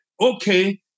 okay